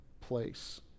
place